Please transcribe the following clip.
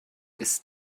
ist